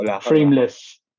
Frameless